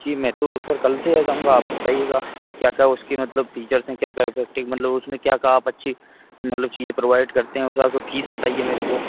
जी मैं तो सर कल से आ जाऊँगा आप बताइएगा क्या क्या उसकी मतलब टीचर्स हैं क्या क्या एफेक्टिव मतलब उसमें क्या क्या आप अच्छी मतलब चीज़ें प्रोवाइड करते हैं उस हिसाब से फीस बताइए मेरे को